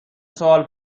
سوال